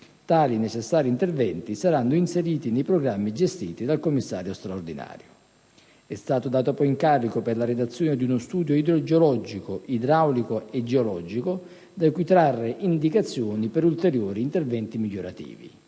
Tali necessari interventi saranno inseriti nei programmi gestiti dal Commissario straordinario. È stato dato poi incarico per la realizzazione di uno studio idrogeologico, idraulico e geologico da cui trarre indicazioni per ulteriori interventi migliorativi.